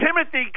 Timothy